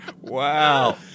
Wow